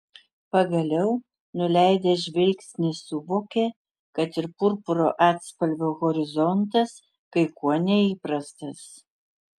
pagaliau nuleidęs žvilgsnį suvokė kad ir purpuro atspalvio horizontas kai kuo neįprastas